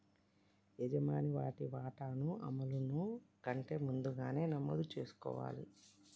యజమాని వాటి వాటాను అమలును కంటే ముందుగానే నమోదు చేసుకోవాలి